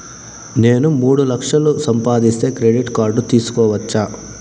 నేను మూడు లక్షలు సంపాదిస్తే క్రెడిట్ కార్డు తీసుకోవచ్చా?